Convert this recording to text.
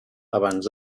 abans